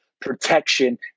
protection